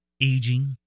aging